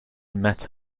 met